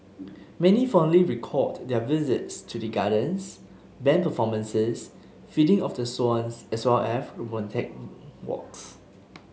many fondly recalled their visits to the gardens band performances feeding of the swans as well as romantic walks